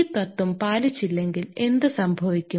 ഈ തത്ത്വം പാലിച്ചില്ലെങ്കിൽ എന്ത് സംഭവിക്കും